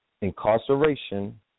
incarceration